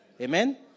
Amen